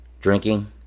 Drinking